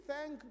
thank